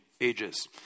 ages